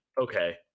Okay